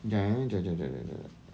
jap eh jap jap jap jap